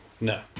No